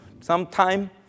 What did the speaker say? sometime